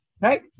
right